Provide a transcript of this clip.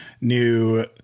new